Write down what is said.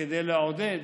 כדי לעודד